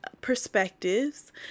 perspectives